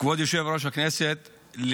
כבוד יושב-ראש הכנסת,